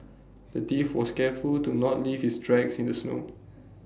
the thief was careful to not leave his tracks in the snow